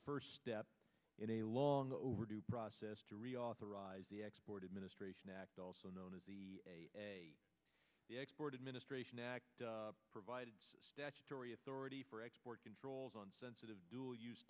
first step in a long overdue process to reauthorize the export administration act also known as the export administration act provides statutory authority for export controls on sensitive dual use